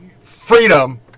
Freedom